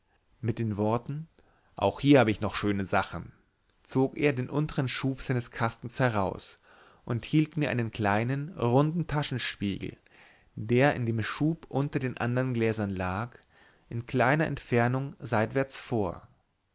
mit den worten auch hier hab ich noch schöne sachen zog er den untern schub seines kastens heraus und hielt mir einen kleinen runden taschenspiegel der in dem schub unter andern gläsern lag in kleiner entfernung seitwärts vor